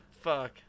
Fuck